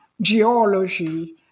geology